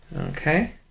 Okay